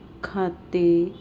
ਖਾਤੇ